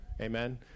amen